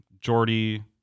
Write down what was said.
Jordy